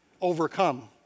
overcome